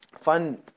Fun